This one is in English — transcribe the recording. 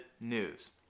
news